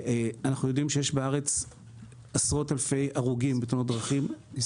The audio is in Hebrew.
אנחנו יודעים שיש עשרות אלפי פצועים בתאונות דרכים,